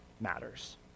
matters